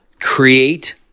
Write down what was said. create